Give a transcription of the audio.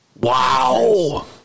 wow